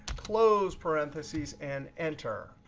close parentheses and enter.